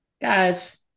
Guys